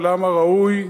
ולמה ראוי,